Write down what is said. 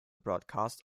broadcast